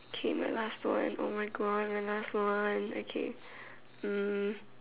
okay my last one oh my God my last one okay um